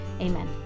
amen